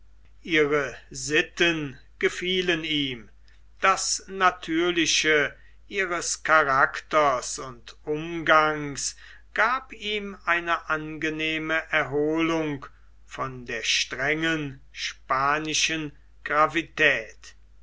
ihre sitten gefielen ihm das natürliche ihres charakters und umgangs gab ihm eine angenehme erholung von der strengen spanischen